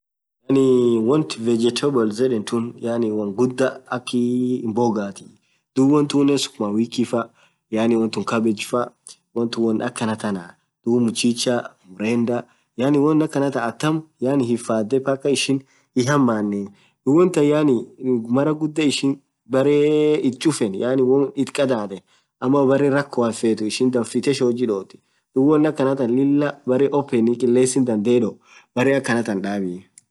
Yaani wonth vegetables yedhen tun wonn yaani ghuda akhii mboga thii dhub wontunen sukuma wiki faaa yaani won tun cabbage faa won tun wonn akhana thaana dhub muchicha buredhe yaani won akhanathaa atam hifadhee ishin himaneee dhub won than yaani maraghudha ishin berre itchufenn yaani won it khadhadhen ama berre rakhoa hinfethu ishin dhafithe shoji dhothi dhub wonn akanath Lilah beree open qilesin dhandhe dhoo beree akhanatha dhabii